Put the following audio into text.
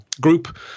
group